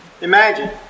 Imagine